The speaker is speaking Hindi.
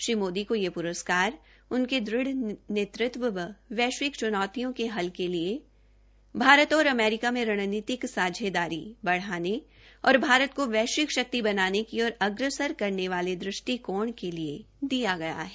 श्री मोदी को रस्कार उनके दृढ़ नेतृत्व वैश्विक चुनौतियों के हल के लिए भारत और अमेरिका में रण्नीति सांझेदारी बढ़ाने और भारत को वैश्विक शक्ति बनने की ओर अग्रसर करने वाले दृष्टिकोण के लिए दिया गया है